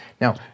Now